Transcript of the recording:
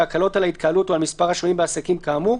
והקלות על ההתקהלות או על מספר השוהים בעסקים כאמור,